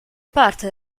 parte